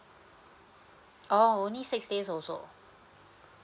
oh only six days also